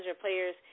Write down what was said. players